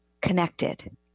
connected